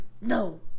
No